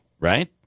Right